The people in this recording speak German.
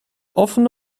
offene